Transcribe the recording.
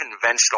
conventional